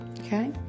okay